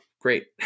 great